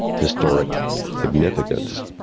historic significance,